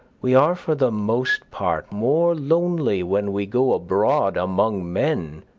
we are for the most part more lonely when we go abroad among men